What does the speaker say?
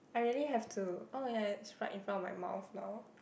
I really have to oh ya it's right in front of my mouth now